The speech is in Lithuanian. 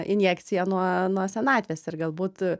injekcija nuo nuo senatvės ir galbūt